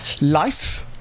life